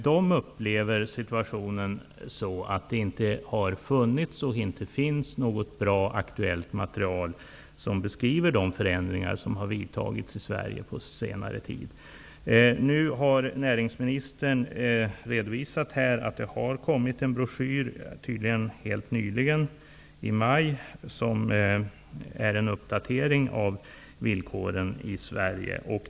De upplever det som att det inte har funnits och inte finns något bra aktuellt material som beskriver de förändringar som har vidtagits i Sverige på senare tid. Näringsministern har nu redovisat att det har kommit en broschyr, tydligen helt nyligen i maj, som innehåller en uppdatering av villkoren i Sverige.